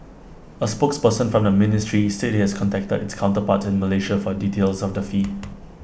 A spokesperson from the ministry said IT has contacted its counterparts in Malaysia for details of the fee